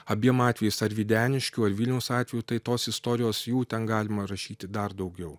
abiem atvejais ar videniškių ar vilniaus atveju tai tos istorijos jų ten galima rašyti dar daugiau